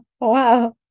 Wow